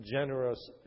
generous